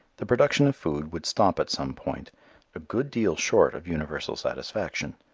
the production of food would stop at some point a good deal short of universal satisfaction.